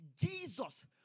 Jesus